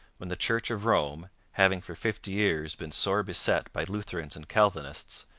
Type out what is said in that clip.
when the church of rome, having for fifty years been sore beset by lutherans and calvinists,